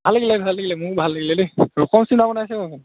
ভাল লাগিলে ভাল লাগিলে মোৰো ভাল লাগিলে দেই ৰকম চিনেমা বনাইছে আকৌ এইখন